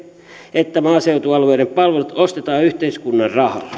että maaseutualueiden palvelut ostetaan yhteiskunnan rahalla